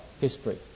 history